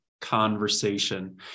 conversation